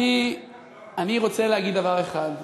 אני רוצה להגיד דבר אחד: